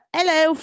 Hello